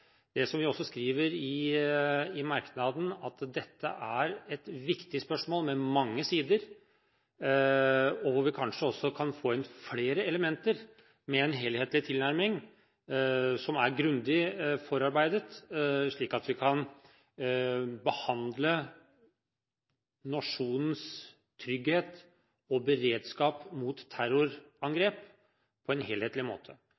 og som vi også skriver i merknaden – at dette er et viktig spørsmål, med mange sider, og at vi kanskje kan få inn flere elementer med en helhetlig tilnærming, som er grundig forarbeidet, slik at vi kan behandle nasjonens trygghet og beredskap mot terrorangrep på en helhetlig måte.